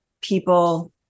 people